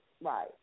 Right